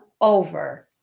over